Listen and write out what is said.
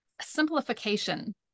simplification